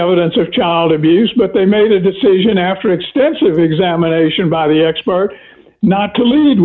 evidence of child abuse but they made a decision after extensive examination by the expert not to lead